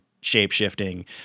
shape-shifting